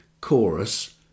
Chorus